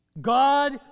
God